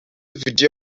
video